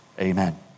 Amen